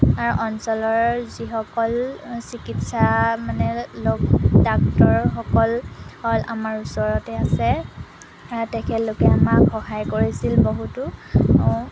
আমাৰ অঞ্চলৰ যিসকল চিকিৎসা মানে লগ ডাক্তৰসকল আমাৰ ওচৰতে আছে তেখেতলোকে আমাক সহায় কৰিছিল বহুতো